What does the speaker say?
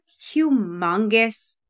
humongous